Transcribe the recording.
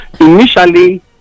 initially